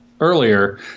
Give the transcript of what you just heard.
earlier